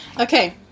Okay